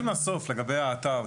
מהסוף לגבי האתר.